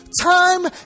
time